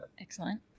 Excellent